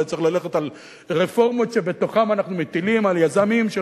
אולי צריך ללכת על רפורמות שבתוכן אנחנו מטילים על יזמים של